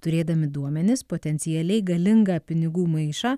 turėdami duomenis potencialiai galingą pinigų maišą